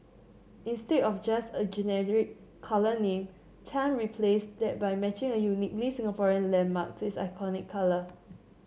instead of just a generic colour name Tan replaced that by matching a uniquely Singaporean landmark to its iconic colour